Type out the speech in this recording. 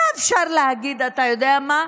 היה אפשר להגיד, אתה יודע מה,